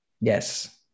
yes